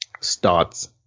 starts